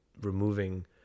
removing